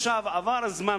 עבר זמן.